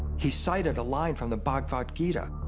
he cited a line from the bhagavad gita,